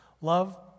love